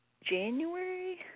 January